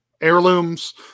heirlooms